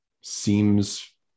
seems